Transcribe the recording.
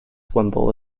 wimble